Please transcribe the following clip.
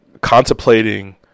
contemplating